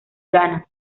ganas